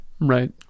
Right